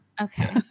okay